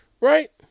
right